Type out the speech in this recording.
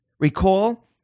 Recall